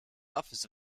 office